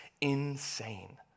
insane